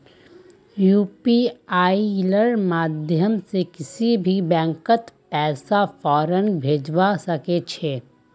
यूपीआईर माध्यम से किसी भी बैंकत पैसा फौरन भेजवा सके छे